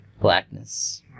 blackness